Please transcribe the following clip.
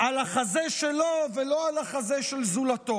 על החזה שלו ולא על החזה של זולתו.